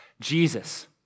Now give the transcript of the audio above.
Jesus